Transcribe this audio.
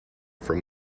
from